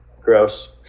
Gross